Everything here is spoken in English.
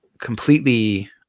Completely